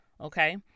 Okay